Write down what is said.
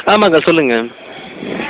ஆமாங்க சொல்லுங்கள்